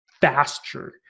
faster